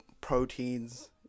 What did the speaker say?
proteins